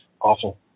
awful